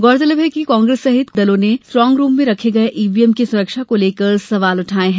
गौरतलब है कि कांग्रेस सहित कुछ दलों ने स्ट्रांग रूम में रखे गये ईवीएम की सुरक्षा को लेकर सवाल उठाये हैं